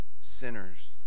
Sinners